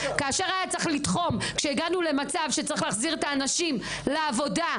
כאשר היה צריך לתחום כשהגענו למצב שצריך להחזיר את האנשים לעבודה,